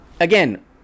Again